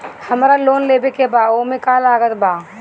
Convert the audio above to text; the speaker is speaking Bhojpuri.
हमरा लोन लेवे के बा ओमे का का लागत बा?